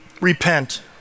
repent